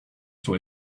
sur